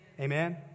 Amen